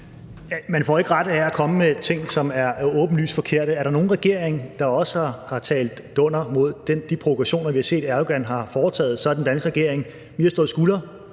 Man får ikke ret af at komme med ting, som er åbenlyst forkerte. Er der nogen regering, der også har talt dunder mod de provokationer, Erdogan har foretaget, så er det den danske regering. Vi har stået skulder